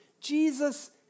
Jesus